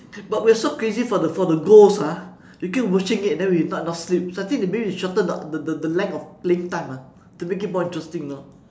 but we're so crazy for the for the goals ah we keep watching it then we not enough sleep so I think that maybe we shorten the the the length of playing time ah to make it more interesting you know